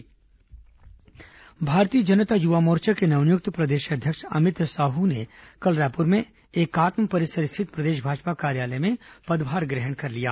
भाजपा युवा मोर्चा भारतीय जनता युवा मोर्चा के नवनियुक्त प्रदेश अध्यक्ष अमित साहू ने कल रायपुर में एकात्म परिसर स्थित प्रदेश भाजपा कार्यालय में पदभार ग्रहण कर लिया